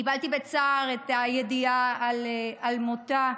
קיבלתי בצער את הידיעה על מותה,